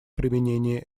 применения